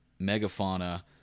megafauna